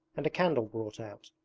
and a candle brought out,